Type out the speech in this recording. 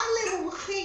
גם למומחים,